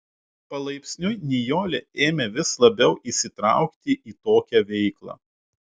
palaipsniui nijolė ėmė vis labiau įsitraukti į tokią veiklą